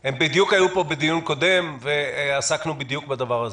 הם בדיוק היו פה בדיון קודם ועסקנו בדיוק בדבר הזה.